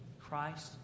Christ